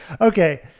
Okay